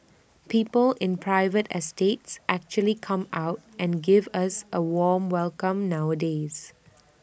people in private estates actually come out and give us A warm welcome nowadays